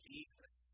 Jesus